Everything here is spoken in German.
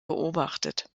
beobachtet